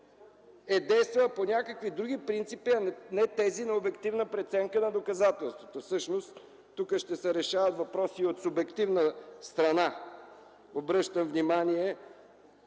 е действала по някакви други принципи, а не тези на обективна преценка на доказателствата. Всъщност тук ще се решават въпроси и от субективна страна, обръщам внимание,